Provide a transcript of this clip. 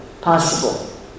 possible